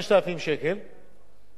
ומגיע לו פטור של 43.5%,